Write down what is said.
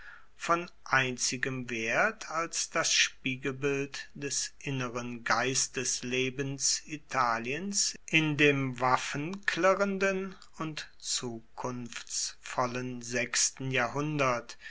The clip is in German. von einzigem wert als das spiegelbild des inneren geisteslebens italiens in dem waffenklirrenden und zukunftsvollen sechsten jahrhundert